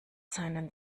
seinen